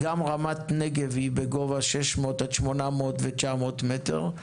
רמת נגב היא בגובה 600 עד 800 ו-900 מטרים,